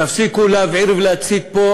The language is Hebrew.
תפסיקו להבעיר ולהצית פה